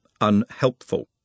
unhelpful